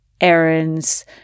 errands